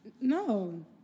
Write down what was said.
no